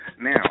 Now